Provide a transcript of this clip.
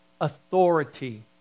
authority